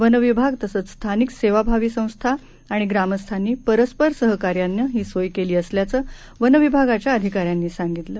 वनविभाग तसंच स्थानिक सेवाभावी संस्था आणि ग्रामस्थांनी परस्पर सहकार्यानं ही सोय केली असल्याचं वनविभागाच्या अधिकाऱ्यांनी सांगितलं